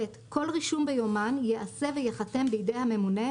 (ב) כל רישום ביומן ייעשה וייחתם בידי הממונה,